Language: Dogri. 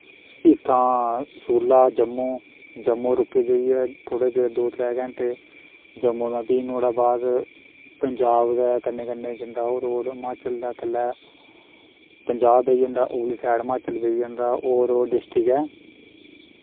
इत्थां सूला दा जम्मू जम्मू रुके जाइयै थोह्ड़े चिर दो त्रै घैंटे जम्मू दा फ्ही नुआढ़े बाद पंजाब गै कन्नै कन्नै जंदा ओह् रोड़ माचल दा थल्लै पंजाब पेई जंदा उप्परली सैड माचल पेई जंदा और और डिस्ट्रिक ऐ